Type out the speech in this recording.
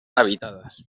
habitadas